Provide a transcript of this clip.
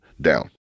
down